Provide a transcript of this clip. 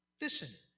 Listen